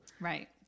Right